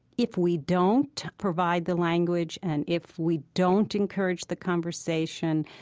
if we don't provide the language and if we don't encourage the conversation,